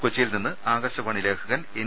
കൊച്ചിയിൽ നിന്നും ആകാശവാണി ലേഖകൻ എൻ